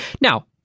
now